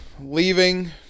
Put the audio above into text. leaving